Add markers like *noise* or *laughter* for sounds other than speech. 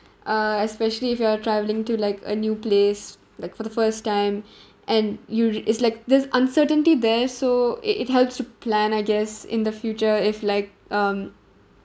uh especially if you're traveling to like a new place like for the first time *breath* and you is like there's uncertainty there so it it helps you plan I guess in the future if like um